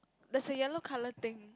there's a yellow colour thing